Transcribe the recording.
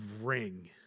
ring